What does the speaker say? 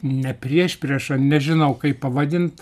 ne priešprieša nežinau kaip pavadint